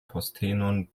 postenon